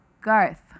Garth